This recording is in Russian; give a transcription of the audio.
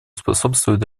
способствовать